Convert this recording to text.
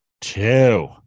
Two